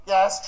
Yes